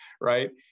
Right